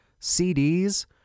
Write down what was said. CDs